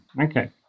Okay